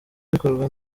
bikorwa